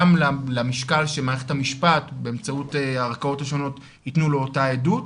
גם למשקל שמערכת המשפט באמצעות הערכאות השונות יתנו לאותה עדות.